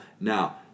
Now